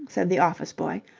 said the office-boy,